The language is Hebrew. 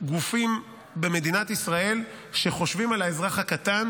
גופים במדינת ישראל שחושבים על האזרח הקטן,